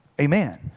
Amen